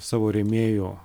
savo rėmėjų